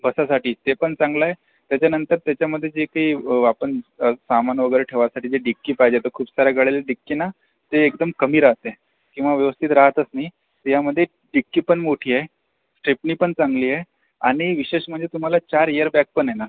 बसासाठी ते पण चांगलं आहे त्याच्यानंतर त्याच्यामध्ये जे काही आपण सामान वगैरे ठेवण्यासाठी जे डिक्की पाहिजे तर खूप साऱ्या गाड्याची डिक्की ना ते एकदम कमी राहते किंवा व्यवस्थित राहतच नाही ह्यामध्ये डिक्की पण मोठी आहे स्टेपनी पण चांगली आहे आणि विशेष म्हणजे तुम्हाला चार एअरबॅग पण येणार